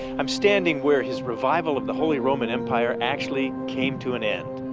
i'm standing where his revival of the holy roman empire actually came to an end,